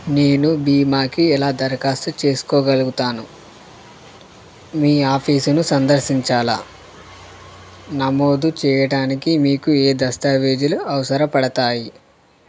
నేను భీమాకి ఎలా దరఖాస్తు చేసుకోగలుగుతాను మీ ఆఫీసును సందర్శించాలా నమోదు చేయటానికి మీకు ఏ దస్తావేజులు అవసరపడతాయి